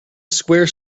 square